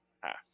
half